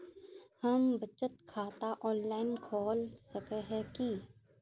हम बचत खाता ऑनलाइन खोल सके है की?